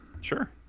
sure